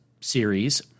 series